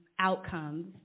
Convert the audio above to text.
outcomes